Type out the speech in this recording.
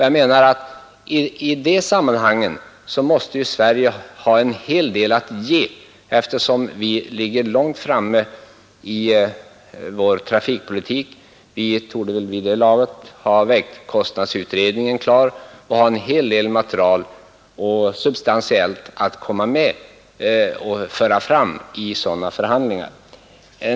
Jag menar att i dessa sammanhang måste Sverige ha en hel del att ge, eftersom vi ligger långt framme i vår transportpolitik. Vi torde väl vid det laget ha vägkostnadsutredningen klar och ha en hel del substantiellt att föra fram i sådana förhandlingar.